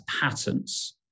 patents